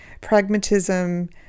pragmatism